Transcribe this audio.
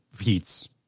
heats